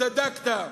צדקת.